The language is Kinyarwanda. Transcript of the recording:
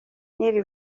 n’iri